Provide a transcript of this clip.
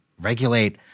regulate